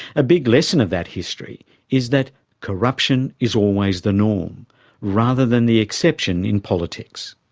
a big lesson of that history is that corruption is always the norm rather than the exception in politics.